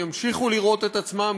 ימשיכו לראות את עצמם,